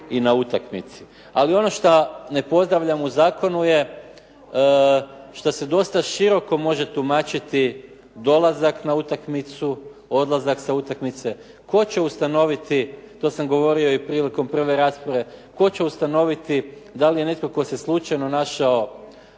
i na utakmici. Ali ono što ne pozdravljam u zakonu je što se dosta široko može tumačiti dolazak na utakmicu, odlazak sa utakmice. Tko će ustanoviti, to sam govorio i priliko prve rasprave, tko će ustanoviti da li je netko tko se slučajno našao